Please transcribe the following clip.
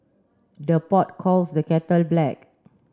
the pot calls the kettle black